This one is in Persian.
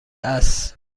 است